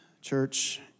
Church